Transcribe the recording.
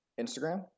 Instagram